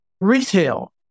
Retail